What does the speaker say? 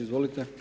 Izvolite.